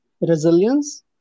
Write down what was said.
resilience